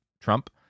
Trump